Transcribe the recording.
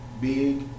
big